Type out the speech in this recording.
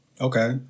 okay